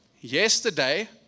Yesterday